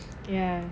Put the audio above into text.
ya